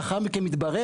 לאחר מכן מתברר,